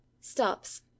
Stops